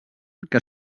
que